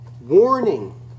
Warning